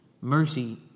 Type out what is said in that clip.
Mercy